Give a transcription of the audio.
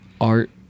art